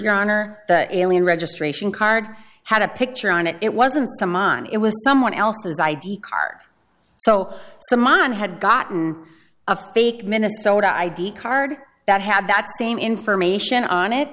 your honor the alien registration card had a picture on it it wasn't a mine it was someone else's i d card so some on had gotten a fake minnesota id card that had that same information on it